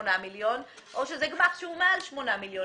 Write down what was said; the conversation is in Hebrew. לשמונה מיליון או שזה גמ"ח שהוא מעל שמונה מיליון.